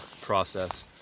process